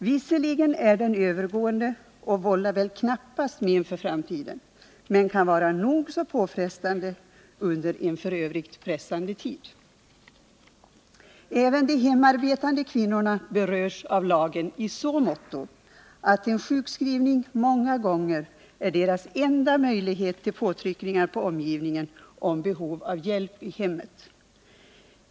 Visserligen är den övergående och vållar väl knappast men för framtiden men kan vara nog så påfrestande under en f. ö. pressande tid. Även de hemarbetande kvinnorna berörs av lagen i så måtto att en sjukskrivning många gånger är deras enda möjlighet till påtryckningar på omgivningen när det gäller behov av hjälp i hemmet.